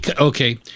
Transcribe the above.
Okay